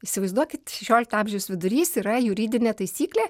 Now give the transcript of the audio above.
įsivaizduokit šešiolikto amžiaus vidurys yra juridinė taisyklė